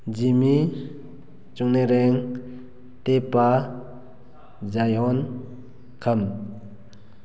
ꯖꯤꯝꯃꯤ ꯆꯨꯅꯦꯔꯦꯡ ꯇꯦꯛꯄ ꯖꯥꯌꯣꯟ ꯈꯪ